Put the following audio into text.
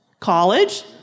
College